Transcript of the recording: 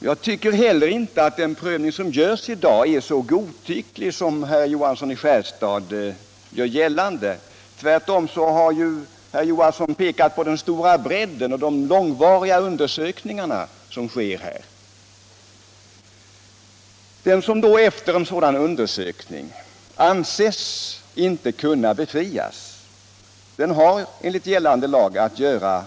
Jag tycker inte heller att den prövning som i dag sker är så godtycklig som herr Johansson i Skärstad gör gällande. Herr Johansson har ju själv hänvisat till de omfattande undersökningar som sker i dessa fall. Den som efter en sådan undersökning inte får befrielse har enligt lag att göra